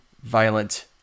violent